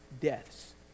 deaths